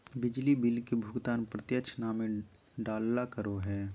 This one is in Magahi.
बिजली बिल के भुगतान प्रत्यक्ष नामे डालाल करो हिय